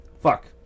fuck